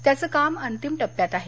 त्याचं काम अंतिम टप्प्यात आहे